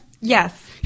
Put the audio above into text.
Yes